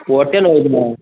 ಹೊಟ್ಟೆ ನೋಯುದು